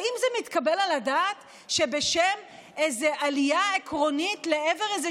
האם זה מתקבל על הדעת שבשם איזו עלייה עקרונית לעבר איזה